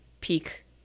peak